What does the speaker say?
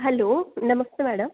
hello नमस्ते madam